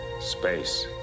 Space